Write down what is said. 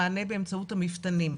מענה באמצעות המפתנים.